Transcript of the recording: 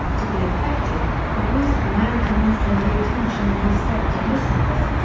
to be effective, the voice of america must win the attention and respect of listeners.